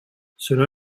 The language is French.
cela